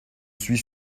suis